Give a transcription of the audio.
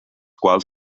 quals